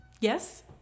yes